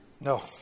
No